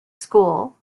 school